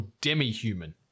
demi-human